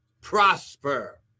prosper